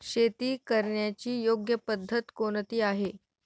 शेती करण्याची योग्य पद्धत कोणती आहे?